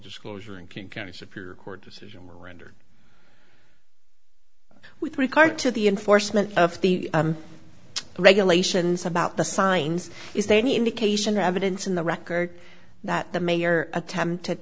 disclosure in king county superior court decision were rendered with regard to the enforcement of the regulations about the signs is there any indication evidence in the record that the mayor attempted